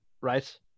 right